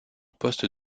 poste